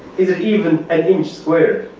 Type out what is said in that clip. is it even an inch square?